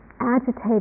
agitated